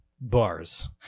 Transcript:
bars